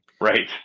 Right